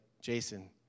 Jason